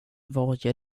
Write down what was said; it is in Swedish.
varje